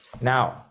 Now